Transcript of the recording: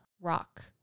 rock